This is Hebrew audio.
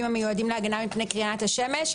המיועדים להגנה מפני קרינת השמש.